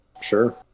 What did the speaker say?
Sure